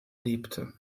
lebte